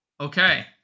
Okay